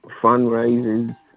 fundraisers